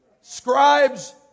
Scribes